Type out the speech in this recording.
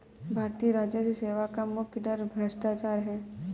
भारतीय राजस्व सेवा का मुख्य डर भ्रष्टाचार है